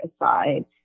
aside